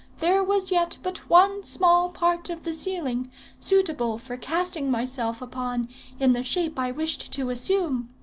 there was yet but one small part of the ceiling suitable for casting myself upon in the shape i wished to assume.